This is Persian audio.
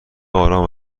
آرام